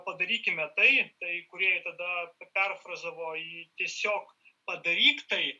padarykime tai tai kūrėjai tada perfrazavo jį tiesiog padaryk tai